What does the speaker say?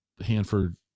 Hanford